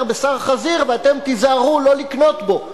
בשר חזיר ואתם תיזהרו שלא לקנות בו.